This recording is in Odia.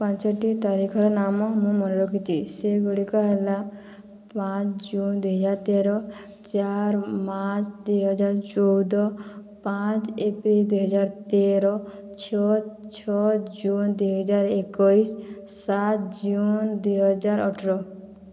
ପାଞ୍ଚଟି ତାରିଖର ନାମ ମୁଁ ମନେ ରଖିଛି ସେଗୁଡ଼ିକ ହେଲା ପାଞ୍ଚ ଜୁନ ଦୁଇ ହଜାର ତେର ଚାର ମାର୍ଚ୍ଚ ଦୁଇ ହଜାର ଚଉଦ ପାଞ୍ଚ ଏପ୍ରିଲ ଦୁଇ ହଜାର ତେର ଛଅ ଛଅ ଜୁନ ଦୁଇହଜାର ଏକୋଇଶି ସାତ ଜୁନ ଦୁଇହଜାର ଅଠର